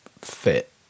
Fit